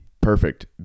perfect